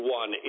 one